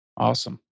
Awesome